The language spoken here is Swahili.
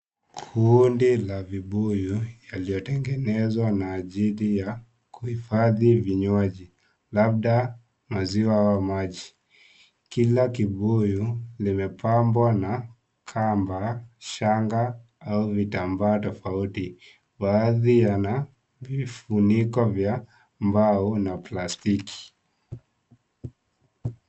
Kundi la vibuyu yaliyotengenezwa na ajili ya kuhifadhia labda maziwa au maji kila kibuyu limepambwa na kamba shanga au vitambaa tafouti baadhi yana funiko vya mbao na plastiki